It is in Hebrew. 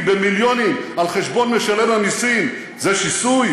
במיליונים על חשבון משלם המיסים זה שיסוי?